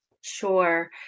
Sure